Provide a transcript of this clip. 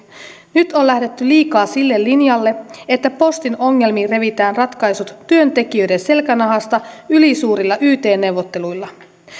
nyt on lähdetty liikaa sille linjalle että postin ongelmiin revitään ratkaisut työntekijöiden selkänahasta ylisuurilla yt neuvotteluilla